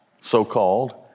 so-called